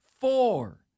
four